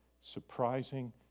surprising